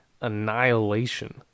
annihilation